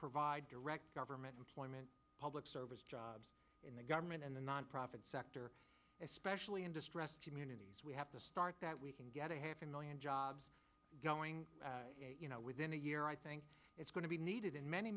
provide direct government employment public service jobs in the government and the nonprofit sector especially in distressed communities we have to start that we can get a half a million jobs going you know within a year i think it's going to be needed in many